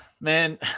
Man